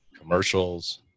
commercials